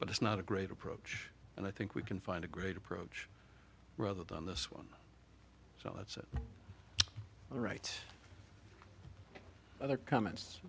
but it's not a great approach and i think we can find a great approach rather than this one so it's all right other comments